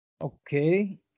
Okay